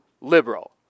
liberal